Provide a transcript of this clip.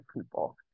people